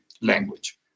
language